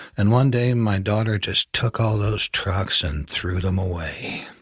and one day my daughter just took all those trucks and threw them away.